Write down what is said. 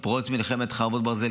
עם פרוץ מלחמת חרבות ברזל,